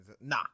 Nah